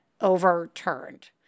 overturned